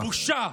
זאת בושה.